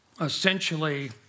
Essentially